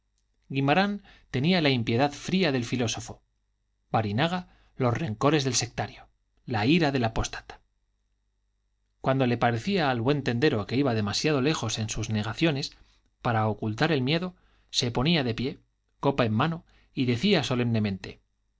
guimarán tenía la impiedad fría del filósofo barinaga los rencores del sectario la ira del apóstata cuando le parecía al buen tendero que iba demasiado lejos en sus negaciones para ocultar el miedo se ponía de pie copa en mano y decía solemnemente